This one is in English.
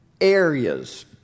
areas